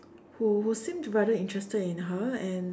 who who seemed rather interested in her and